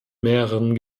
mehreren